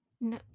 no